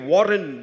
Warren